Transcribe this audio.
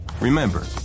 Remember